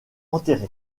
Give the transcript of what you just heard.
enterré